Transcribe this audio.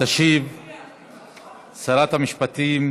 תודה, סמוטריץ,